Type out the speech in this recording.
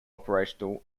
operational